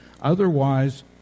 Otherwise